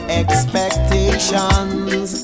expectations